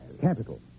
Capital